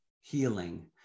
healing